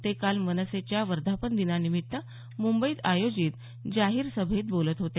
ते काल मनसेच्या वर्धापनदिनानिमित्त मुंबईत आयोजित जाहीर सभेत बोलत होते